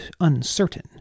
uncertain